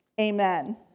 amen